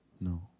No